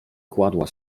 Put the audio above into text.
kładła